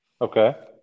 okay